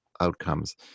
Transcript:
outcomes